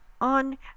on